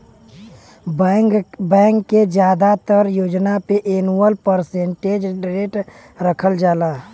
bank के जादातर योजना पे एनुअल परसेंटेज रेट रखल जाला